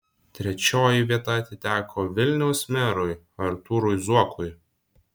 trečioji vieta atiteko vilniaus merui artūrui zuokui